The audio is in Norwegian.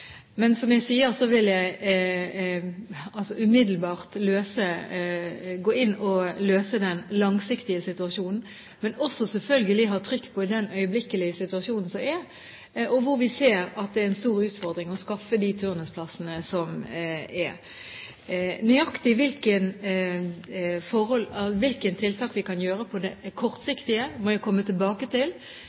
Men som jeg sier, vil jeg umiddelbart gå inn og løse den langsiktige situasjonen, men selvfølgelig også ha trykk på den øyeblikkelige situasjonen, hvor vi ser at det er en stor utfordring å skaffe turnusplasser. Nøyaktig hvilke tiltak vi kan gjøre på kort sikt, må jeg komme tilbake til.